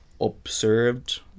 observed